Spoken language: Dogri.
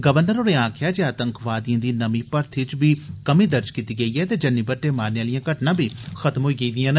गवर्नर होरें आक्खेआ जे आतंकवादिएं दी नमीं भर्थी च बी कमी दर्ज कीती गेई ऐ ते जन्नी बट्टे मारने आलियां घटनां बी खत्म होई गेइयां न